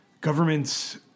governments